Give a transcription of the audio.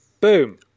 Boom